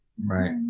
Right